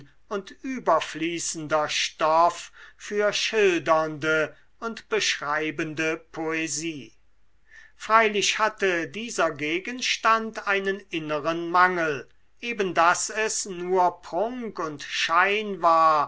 und überfließender stoff für schildernde und beschreibende poesie freilich hatte dieser gegenstand einen inneren mangel eben daß es nur prunk und schein